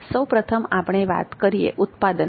સૌ પ્રથમ આપણે વાત કરી ઉત્પાદનની